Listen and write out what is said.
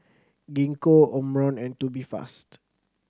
Gingko Omron and Tubifast